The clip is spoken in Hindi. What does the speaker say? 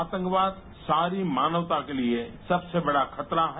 आतंकवाद सारी मानवता के लिए सबसे बड़ा खतरा है